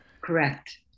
Correct